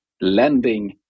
lending